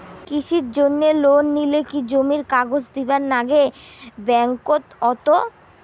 কৃষির জন্যে লোন নিলে কি জমির কাগজ দিবার নাগে ব্যাংক ওত?